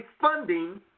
funding